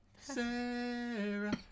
Sarah